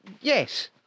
Yes